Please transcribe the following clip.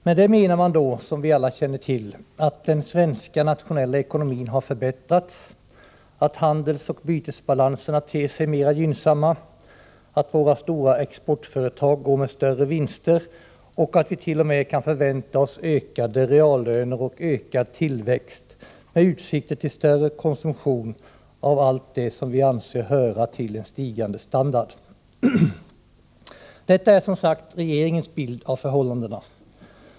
Med det menar man då, som vi alla redan känner till, att den svenska nationella ekonomin har förbättrats, att handelsoch bytesbalanserna ter sig mer gynnsamma, att våra stora exportföretag går med större vinster och att vi t.o.m. kan förvänta oss ökade reallöner och ökad tillväxt med utsikt till större konsumtion av allt det som vi anser hör till en stigande standard. Detta är som sagt regeringens bild av förhållandena.